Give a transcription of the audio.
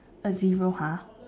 a zero !huh!